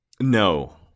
No